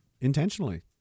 intentionally